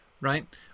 right